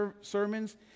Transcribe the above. sermons